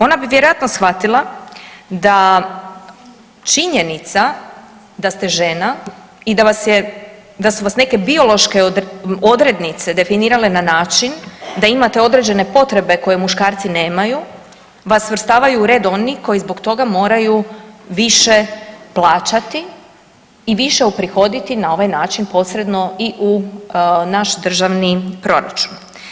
Ona bi vjerojatno shvatila da činjenica da ste žena i da su vas neke biološke odrednice definirale na način da imate određene potrebe koje muškarci nemaju vas svrstavaju u red onih koji zbog toga moraju više plaćati i više uprihoditi na ovaj način posredno i u naš državni proračun.